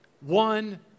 one